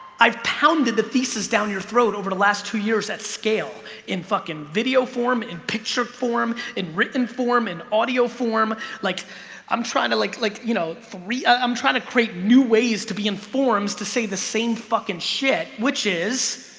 i've pounded the thesis down your throat over the last two years at scale in fucking video form in picture form in written form in audio form like i'm trying to like like, you know three ah i'm trying to create new ways to be in forms to say the same fucking shit, which is